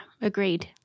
agreed